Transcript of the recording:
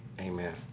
amen